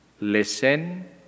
Listen